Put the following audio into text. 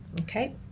okay